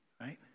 Right